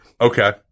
Okay